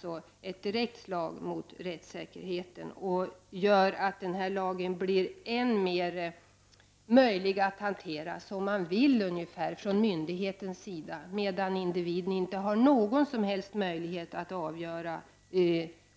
Det vore ett direkt slag mot rättssäkerheten att göra att lagen öppnar för en godtycklig hantering från myndighetens sida, medan individen inte har någon som helst möjlighet att avgöra